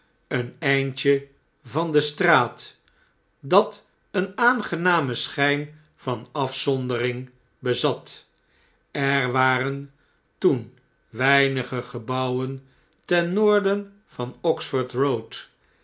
een eindje van de straat dat een aangenamen schjjn van afzondering bezat er waren toen weinige gebouwen ten noorden van oxfordk